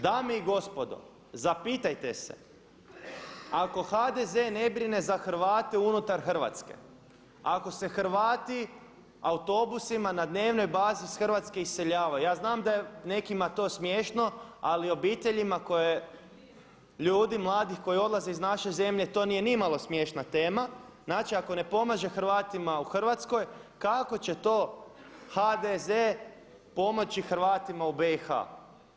Dame i gospodo zapitajte se ako HDZ ne brine za Hrvate unutar Hrvatske, ako se Hrvati autobusima na dnevnoj bazi iz Hrvatske iseljavaju, ja znam da je nekima to smiješno, ali obiteljima koje, ljudi mladi koji odlaze iz naše zemlje to nije nimalo smiješna tema, znači ako ne pomaže Hrvatima u Hrvatskoj kako će to HDZ pomoći Hrvatima u BIH?